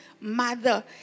mother